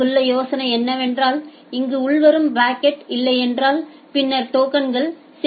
இங்குள்ள யோசனை என்னவென்றால் இங்கு உள்வரும் பாக்கெட் இல்லையென்றால் பின்னர் டோக்கன்கள் சேர்க்கப்படுகின்றன